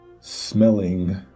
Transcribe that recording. smelling